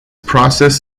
process